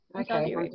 Okay